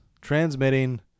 transmitting